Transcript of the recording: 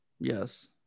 Yes